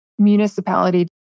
municipality